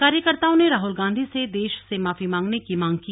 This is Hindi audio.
कार्यकर्ताओं ने राहल गांधी से देश से माफी मांगने की मांग की